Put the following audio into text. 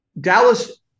Dallas